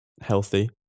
healthy